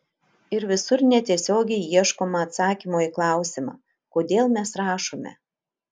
ir visur netiesiogiai ieškoma atsakymo į klausimą kodėl mes rašome